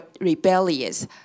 rebellious